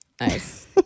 Nice